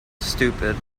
stupid